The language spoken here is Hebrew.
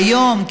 והיום,